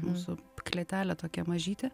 mūsų klėtelė tokia mažytė